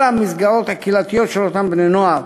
המסגרות הקהילתיות של אותם בני-נוער.